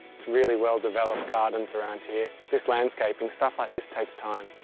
it's really well-developed gardens around here. this landscaping, stuff like this takes time.